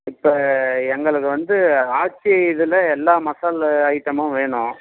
இப்போ எங்களுக்கு வந்து ஆச்சி இதில் எல்லா மசாலா ஐட்டமும் வேணும்